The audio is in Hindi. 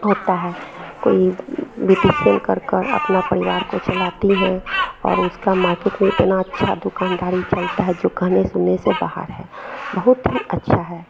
होता है कोई बिटिसियन कर कर अपने परिवार को चलाती हैं और उसका मार्केट में इतनी अच्छी दुकानदारी चलती है जो कहने सुनने से बाहर है बहुत ही अच्छा है